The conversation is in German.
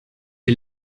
die